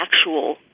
actual